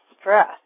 stress